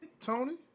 Tony